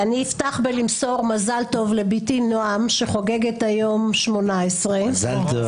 אפתח בלמסור מזל טוב לבתי נועם שחוגגת היום 18. מזל טוב.